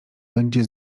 będzie